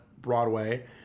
Broadway